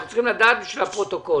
אנחנו צריכים לדעת בשביל הפרוטוקול.